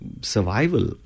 survival